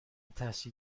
تحصیل